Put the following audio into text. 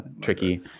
tricky